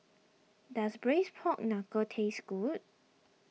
does Braised Pork Knuckle taste good